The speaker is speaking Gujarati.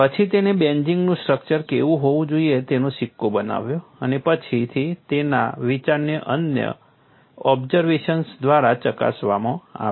પછી તેમણે બેન્ઝિનનું સ્ટ્રક્ચર કેવું હોવું જોઈએ તેનો સિક્કો બનાવ્યો અને પછીથી તેમના વિચારને અન્ય ઓબ્ઝર્વેશન્સ દ્વારા ચકાસવામાં આવ્યા